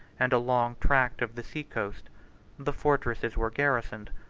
and a long tract of the sea-coast the fortresses were garrisoned,